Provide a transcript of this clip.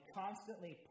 constantly